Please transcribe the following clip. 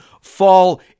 fall